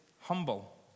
humble